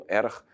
erg